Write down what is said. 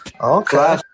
Okay